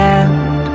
end